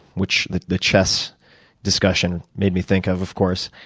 which the the chess discussion made me think of, of course.